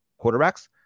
quarterbacks